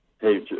hey